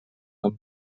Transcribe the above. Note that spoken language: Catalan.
amb